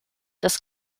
das